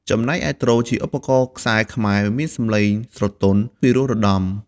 ចំណែកឯ ទ្រ ជា ឧបករណ៍ខ្សែខ្មែរមានសំឡេងស្រទន់ ពីរោះរណ្តំ។